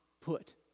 put